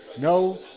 no